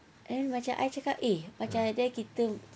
and macam I cakap eh macam nanti kan kita